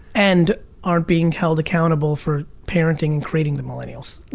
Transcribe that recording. and aren't being held accountable for parenting and creating the millennials.